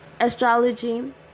astrology